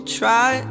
try